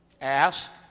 Ask